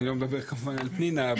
אני לא מדבר כמובן על פנינה,